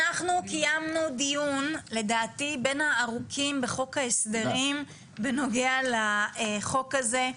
אנחנו קיימנו דיון לדעתי בין הארוכים בחוק ההסדרים בנוגע לחוק הזה.